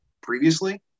previously